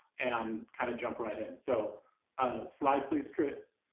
and i'm kind of jump right in. so slide please, crys.